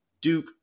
Duke